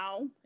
now